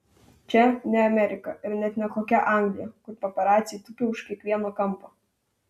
čia ne amerika ir net ne kokia anglija kur paparaciai tupi už kiekvieno kampo